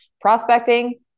prospecting